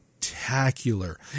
spectacular